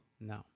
No